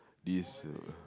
this uh